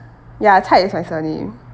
ya chai is my surname